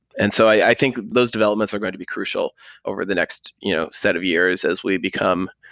and so i think those developments are going to be crucial over the next you know set of years as we become